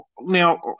Now